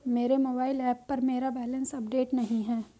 मेरे mobile app पर मेरा बैलेंस अपडेट नहीं है